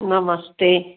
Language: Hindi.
नमस्ते